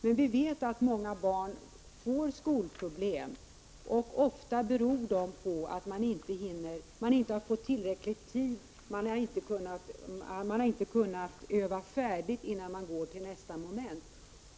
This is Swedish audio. Men vi vet att många barn får skolproblem, och ofta beror det på att man inte har fått tillräcklig tid och inte kunnat öva färdigt innan man går till nästa moment.